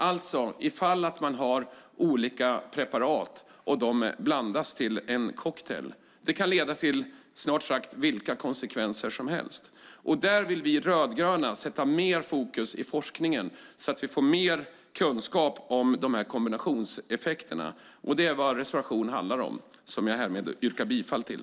Om man har olika preparat och de blandas till en cocktail kan det leda till snart sagt vilka konsekvenser som helt. Där vill vi rödgröna sätt mer fokus på forskningen så att vi får mer kunskap om kombinationseffekterna. Det är vad reservation 7 handlar om som jag härmed yrkar bifall till.